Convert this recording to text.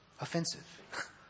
offensive